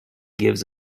gives